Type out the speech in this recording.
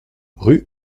rue